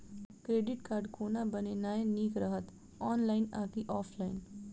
Credit card कोना बनेनाय नीक रहत? ऑनलाइन आ की ऑफलाइन?